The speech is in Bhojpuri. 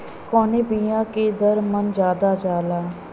कवने बिया के दर मन ज्यादा जाला?